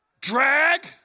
drag